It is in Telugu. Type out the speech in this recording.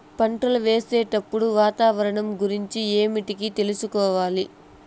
పంటలు వేసేటప్పుడు వాతావరణం గురించి ఏమిటికి తెలుసుకోవాలి?